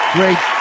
Great